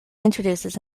introduces